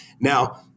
Now